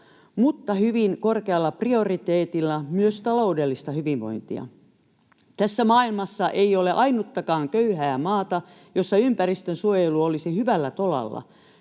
mutta hyvin korkealla prioriteetilla myös taloudellista hyvinvointia. Tässä maailmassa ei ole ainuttakaan köyhää maata, jossa ympäristönsuojelu olisi hyvällä tolalla.